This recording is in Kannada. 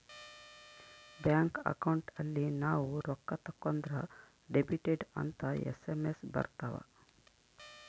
ಬ್ಯಾಂಕ್ ಅಕೌಂಟ್ ಅಲ್ಲಿ ನಾವ್ ರೊಕ್ಕ ತಕ್ಕೊಂದ್ರ ಡೆಬಿಟೆಡ್ ಅಂತ ಎಸ್.ಎಮ್.ಎಸ್ ಬರತವ